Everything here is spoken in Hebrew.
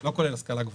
לא כולל השכלה גבוהה.